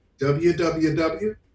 www